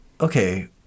okay